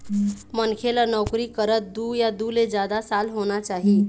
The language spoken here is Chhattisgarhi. मनखे ल नउकरी करत दू या दू ले जादा साल होना चाही